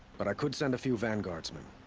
but i could send a few vanguardsmen.